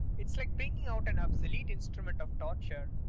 it's like bringing out an obsolete instrument of torture.